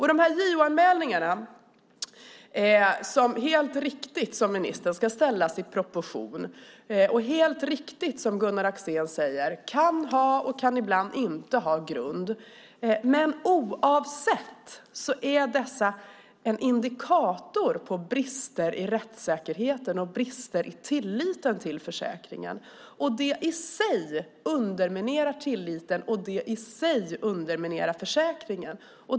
Helt riktigt ska, som ministern säger, JO-anmälningarna ställas i proportion, och de kan helt riktigt, som Gunnar Axén säger, ibland ha och ibland inte ha grund. Men oavsett detta är de en indikator på brister i rättssäkerheten och brister i tilliten till försäkringen. Detta i sig underminerar tilliten, vilket också underminerar försäkringen.